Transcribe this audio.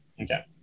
Okay